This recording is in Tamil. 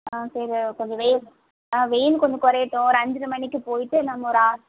ஆ சரி கொஞ்சம் வெயில் ஆ வெயில் கொஞ்சம் குறையட்டும் ஒரு அஞ்சரை மணிக்கு போய்விட்டு நம்ம ஒரு ஆறு